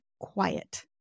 quiet